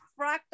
fractal